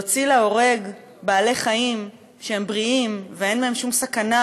להוציא להורג בעלי-חיים שהם בריאים ואין בהם שום סכנה